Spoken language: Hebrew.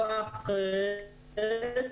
שנייה,